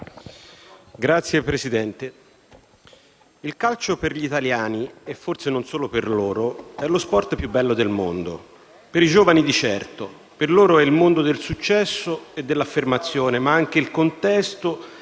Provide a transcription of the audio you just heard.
Signor Presidente, il calcio per gli italiani - e forse non solo per loro - è lo sport più bello del mondo, per i giovani di certo, per i quali è il mondo del successo e dell'affermazione, ma anche il contesto